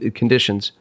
conditions